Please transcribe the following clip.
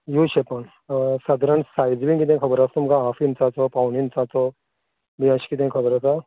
you शेपान सादारण size बी किदें खबर आस तुमकां हाफ इंचाचो पावन इंचाचो बी अशें किदें खबर आसा